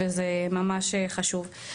וזה ממש חשוב.